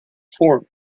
forum